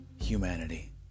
humanity